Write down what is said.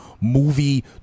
movie